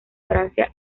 francia